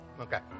Okay